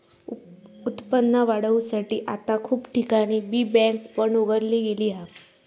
उत्पन्न वाढवुसाठी आता खूप ठिकाणी बी बँक पण उघडली गेली हा